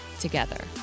together